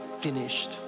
finished